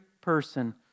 person